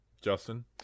justin